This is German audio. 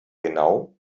genau